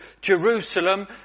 Jerusalem